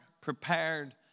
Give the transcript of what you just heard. prepared